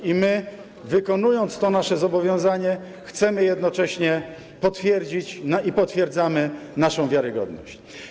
I my wykonując to nasze zobowiązanie, chcemy jednocześnie potwierdzić, i potwierdzamy, naszą wiarygodność.